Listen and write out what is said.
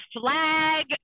flag